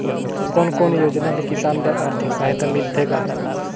कोन कोन योजना ले किसान बर आरथिक सहायता मिलथे ग?